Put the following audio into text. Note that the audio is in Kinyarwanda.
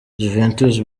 juventus